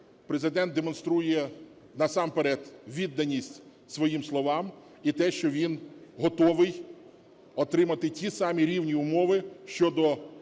Президент демонструє насамперед відданість своїм словам і те, що він готовий отримати ті самі рівні умови щодо